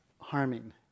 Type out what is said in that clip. harming